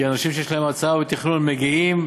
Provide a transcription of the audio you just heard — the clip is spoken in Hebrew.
כי אנשים שיש להם הצעה בתכנון מגיעים,